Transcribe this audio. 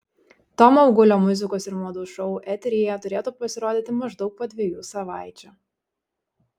tomo augulio muzikos ir madų šou eteryje turėtų pasirodyti maždaug po dviejų savaičių